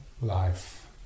life